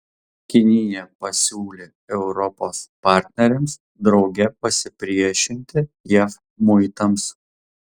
kinija pasiūlė europos partneriams drauge pasipriešinti jav muitams